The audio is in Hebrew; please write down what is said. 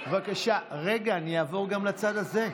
בבקשה, רגע, אני אעבור גם לצד הזה.